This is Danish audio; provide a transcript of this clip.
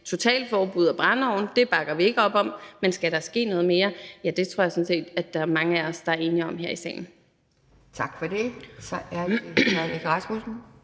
totalforbud af brændeovne, og det bakker vi ikke op om. Men skal der ske noget mere? Ja, det tror jeg sådan set at der er mange af os der er enige om her i salen. Kl. 11:41 Anden næstformand